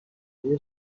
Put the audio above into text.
آیا